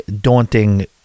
daunting